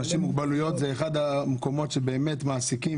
אנשים עם מוגבלויות זה אחד המקומות שבאמת מעסיקים,